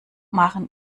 machen